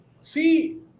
See